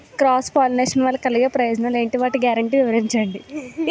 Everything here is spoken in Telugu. క్రాస్ పోలినేషన్ వలన కలిగే ప్రయోజనాలు ఎంటి? వాటి గ్యారంటీ వివరించండి?